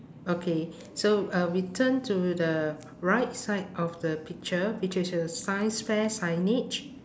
okay so uh we turn to the right side of the picture which is a science fair signage